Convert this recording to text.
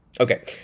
Okay